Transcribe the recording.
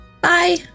Bye